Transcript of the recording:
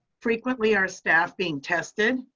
frequently are staff being tested?